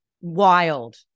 Wild